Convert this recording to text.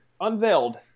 unveiled